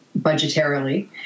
budgetarily